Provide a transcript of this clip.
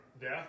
death